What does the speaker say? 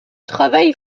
travail